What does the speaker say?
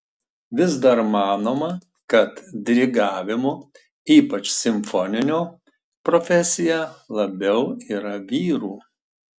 vis dar manoma kad dirigavimo ypač simfoninio profesija labiau yra vyrų